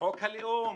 חוק הלאום.